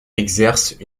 exercent